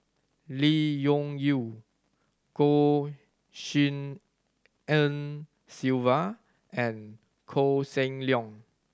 Lee Yung Yew Goh Tshin En Sylvia and Koh Seng Leong